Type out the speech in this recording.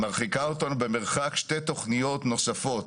מרחיקה אותנו במרחק שתי תכניות נוספות.